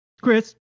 Chris